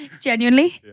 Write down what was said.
Genuinely